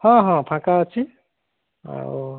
ହଁ ହଁ ଫାଙ୍କା ଅଛି ଆଉ